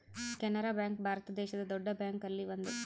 Canara bank ಭಾರತ ದೇಶದ್ ದೊಡ್ಡ ಬ್ಯಾಂಕ್ ಅಲ್ಲಿ ಒಂದು